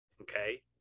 Okay